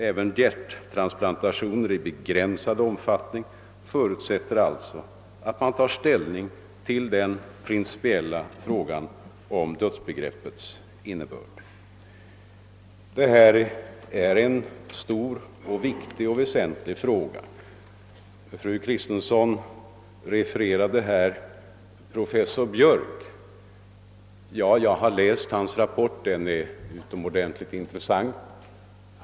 även hjärttransplantationer i begränsad omfattning förutsätter alltså att man tar ställning till den principiella frågan om dödsbegreppets innebörd. Detta är en stor och väsentlig fråga. Fru Kristensson refererade vad professor Gunnar Biörck har skrivit. Jag har läst hans rapport, som är utomordentlig intressant.